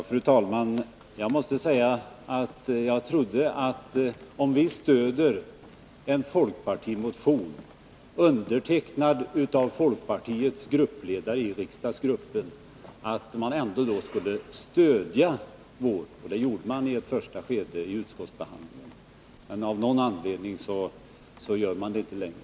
Fru talman! Jag måste säga att jag trodde, att om vi stödde en folkpartimotion, undertecknad av gruppledaren i folkpartiets riksdagsgrupp, skulle man också få stöd från folkpartiets sida — det skedde i ett första stadium av utskottsbehandlingen. Men av någon anledning gör man det inte längre.